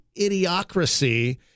idiocracy